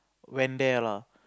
went there lah